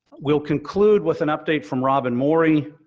we'll conclude with an update from robin morey,